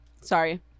Sorry